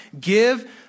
give